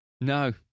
No